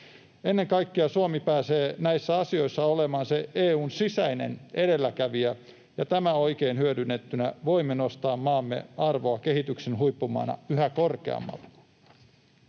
Ennen kaikkea Suomi pääsee näissä asioissa olemaan se EU:n sisäinen edelläkävijä, ja tällä oikein hyödynnettynä voimme nostaa maamme arvoa kehityksen huippumaana yhä korkeammalle.